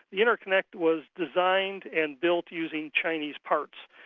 the interconnect was designed and built using chinese parts,